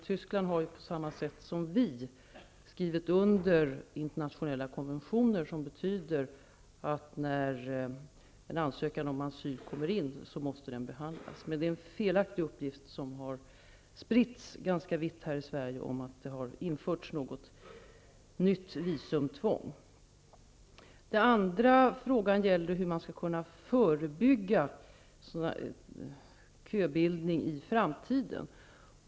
Tyskland har liksom Sverige skrivit under internationella konventioner som innebär att en ansökan om asyl måste behandlas när den kommer in. Det är en felaktig uppgift som har spritts ganska vitt här i Sverige att Tyskland skulle ha infört något nytt visumtvång. En annan fråga var hur man skall kunna förebygga köbildning i framtiden.